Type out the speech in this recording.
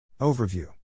Overview